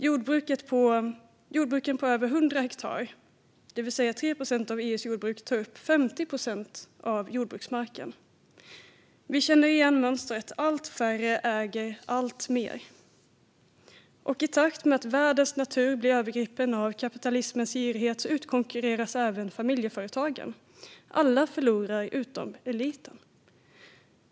Jordbruken på över 100 hektar, det vill säga 3 procent av EU:s jordbruk, tar upp 50 procent av jordbruksmarken. Vi känner igen mönstret: Allt färre äger allt mer. I takt med att världens natur skövlas av kapitalismens girighet utkonkurreras även familjeföretagen. Alla förlorar, utom eliten.